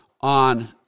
on